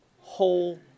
whole